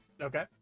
Okay